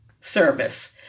service